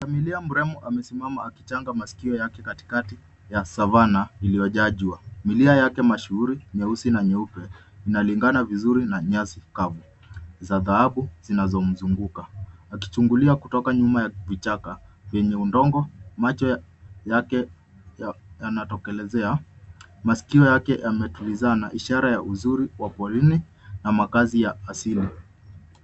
Pundamilia mrembo amesimama akichanga masikio yake katikati ya savanna iliyojaa jua. Milia yake mashuhuri nyeusi na nyeupe inalingana vizuri na nyasi kavu za dhahabu zinazomzunguka akichungulia kutoka nyuma ya vichaka penye udogo macho yake yanatokelezea. Maskio yake yametulizana ishara ya uzuri wa porini na makazi ya asili.